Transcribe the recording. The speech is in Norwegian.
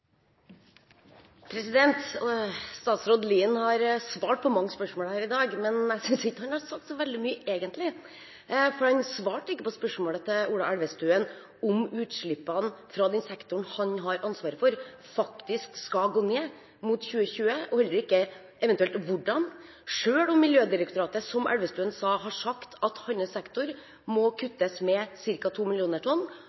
Statsråd Lien har svart på mange spørsmål her i dag, men jeg synes ikke han har sagt så veldig mye, egentlig. Han svarte ikke på spørsmålet til Ola Elvestuen om utslippene fra den sektoren han har ansvaret for, faktisk skal gå ned mot 2020, og heller ikke på eventuelt hvordan, selv om Miljødirektoratet, som Elvestuen sa, har sagt at Liens sektor må kuttes med ca. 2 millioner tonn,